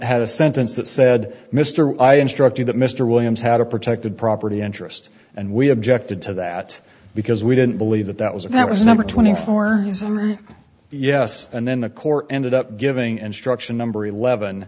had a sentence that said mr i instruct you that mr williams had a protected property interest and we objected to that because we didn't believe that that was it that was number twenty four yes and then the court ended up giving instruction number eleven